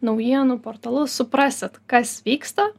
naujienų portalus suprasit kas vyksta